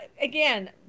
again